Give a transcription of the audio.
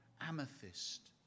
amethyst